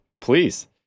please